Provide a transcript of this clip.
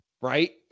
right